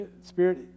spirit